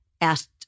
asked